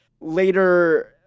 Later